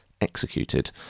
executed